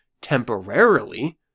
temporarily